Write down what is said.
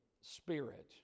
spirit